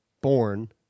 born